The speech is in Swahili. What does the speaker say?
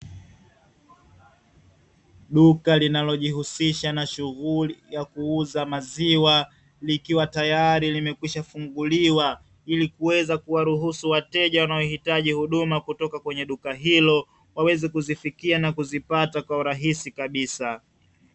Duka linalojihusisha na shughuli ya kuuza maziwa, likiwa tayari limekwisha funguliwa. Ili kuweza kuwaruhusu wateja wanaohitaji huduma kutoka kwenye duka hilo, waweze kuzifikia na kuzipata kwa urahisi kabisa.